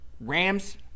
Rams